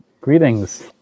greetings